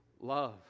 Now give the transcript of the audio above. love